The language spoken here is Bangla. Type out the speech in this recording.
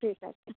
ঠিক আছে